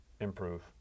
improve